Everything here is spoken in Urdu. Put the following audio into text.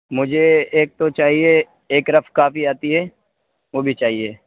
مجھے ایک تو چاہیے ایک رف کاپی آتی ہے وہ بھی چاہیے